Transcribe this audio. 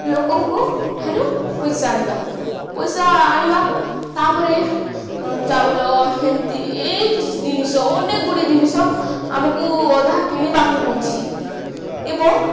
ଲୋକଙ୍କୁ ଠାରୁ ପଇସା ଆଣିବା ପଇସା ଆଣିବା ତାପରେ ଚାଉଳ ହେମତି ଏଇ ଜିନିଷ ଅନେକଗୁଡ଼ିଏ ଜିନିଷ ଆମକୁ ତାହା କିଣିବାକୁ ହେଉଛି ଏବଂ